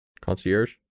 concierge